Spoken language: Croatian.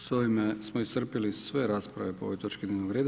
S ovime smo iscrpili sve rasprave po ovoj točki dnevnog reda.